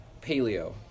paleo